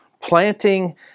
planting